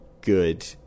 good